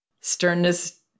Sternness